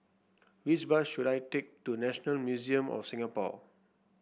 which bus should I take to National Museum of Singapore